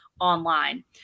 online